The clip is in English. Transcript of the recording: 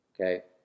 okay